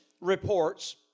reports